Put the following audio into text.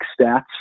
stats